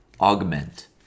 augment